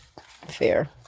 Fair